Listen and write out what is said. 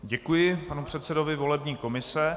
Děkuji panu předsedovi volební komise.